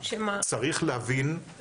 צריך להבין,